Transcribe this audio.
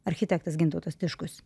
architektas gintautas tiškus